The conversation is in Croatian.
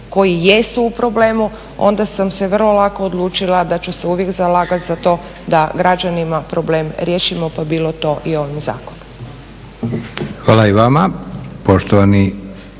koji jesu u problemu onda sam se vrlo lako odlučila da ću se uvijek zalagati za to da građanima problem riješimo pa bilo to i ovim zakonom.